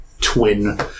twin